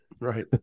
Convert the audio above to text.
right